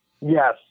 Yes